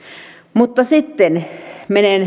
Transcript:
mutta sitten menen